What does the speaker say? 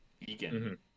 egan